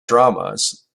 dramas